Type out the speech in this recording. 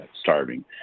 starving